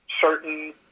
certain